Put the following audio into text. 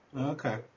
Okay